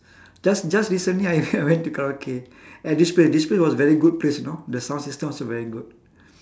just just recently I I went to karaoke at this place this place was very good place you know the sound system also very good